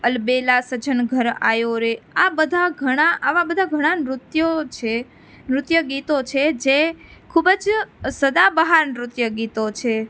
અલબેલા સજન ઘર આયો રે આ બધા ઘણા આવા બધા ઘણા નૃત્યો છે નૃત્યો ગીતો છે જે ખૂબ જ સદાબહાર નૃત્ય ગીતો છે